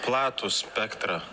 platų spektrą